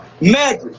Magic